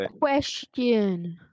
Question